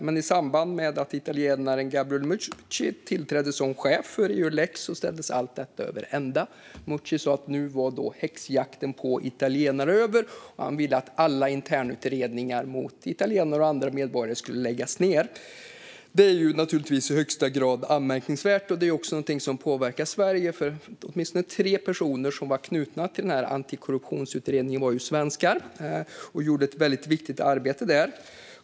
Men i samband med att italienaren Gabriel Meucci tillträdde som chef för Eulex kastades allt detta över ända. Meucci sa då att nu var häxjakten på italienare över, och han ville att alla internutredningar mot italienare och andra medborgare skulle läggas ned. Detta är naturligtvis i högsta grad anmärkningsvärt. Det är också någonting som påverkar Sverige, för åtminstone tre personer som var knutna till antikorruptionsutredningen var svenskar, som utförde ett väldigt viktigt arbete där.